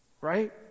Right